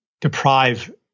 Deprive